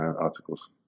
articles